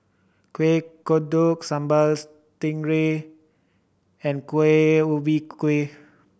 Kueh Kodok Sambal Stingray and Kueh Ubi Kayu